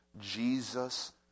Jesus